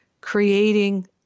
Creating